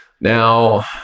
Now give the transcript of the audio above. Now